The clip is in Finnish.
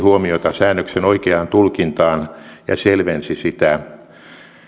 huomiota säännöksen oikeaan tulkintaan ja selvensi sitä